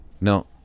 No